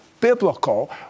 biblical